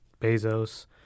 Bezos